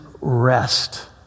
rest